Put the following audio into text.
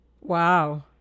Wow